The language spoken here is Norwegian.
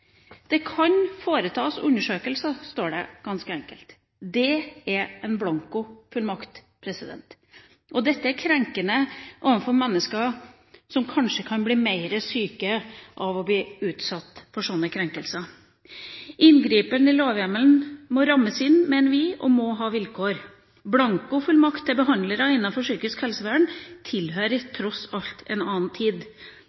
«Det kan foretas undersøkelser», står det ganske enkelt. Det er en blankofullmakt. Dette er krenkende overfor mennesker – som kanskje kan bli mer syke av å bli utsatt for sånne krenkelser. Inngripen i lovhjemmelen må rammes inn, mener vi, og må ha vilkår. Blankofullmakt til behandlere innenfor psykisk helsevern tilhører